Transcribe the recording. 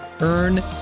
Earn